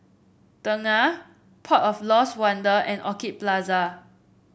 Tengah Port of Lost Wonder and Orchid Plaza